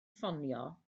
ffonio